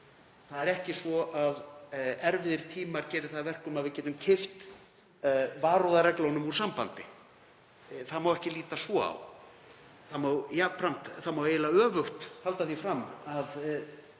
Það er ekki svo að erfiðir tímar geri það að verkum að við getum kippt varúðarreglunum úr sambandi. Það má ekki líta svo á. Það má eiginlega öfugt halda því fram að